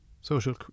social